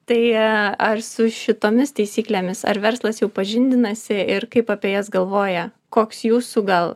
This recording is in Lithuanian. tai ar su šitomis taisyklėmis ar verslas jau pažindinasi ir kaip apie jas galvoja koks jūsų gal